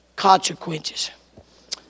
consequences